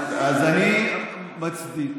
אז אני מצדיק.